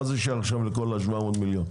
מה זה שייך עכשיו לכל ה-700 המיליון?